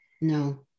No